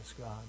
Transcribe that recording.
God